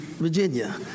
Virginia